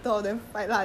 orh okay okay